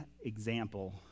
example